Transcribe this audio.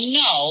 no